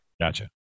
Gotcha